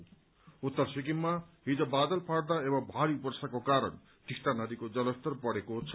रं उत्तर सिक्किममा हिज बादल फाट्दा एवं भारी वर्षाको कारण टिस्टा नदीको जलस्तर बढ़ेको छ